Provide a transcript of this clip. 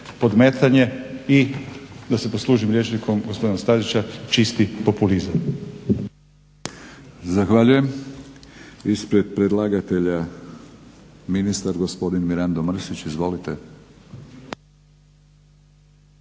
i da se poslužim rječnikom gospodina Stazića čisti populizam. **Batinić, Milorad (HNS)** Zahvaljujem. Ispred predlagatelja ministar gospodin Mirando Mrsić. Izvolite.